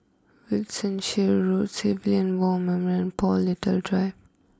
Wiltshire Road Civilian War Memorial and Paul little Drive